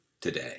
today